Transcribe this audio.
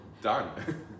done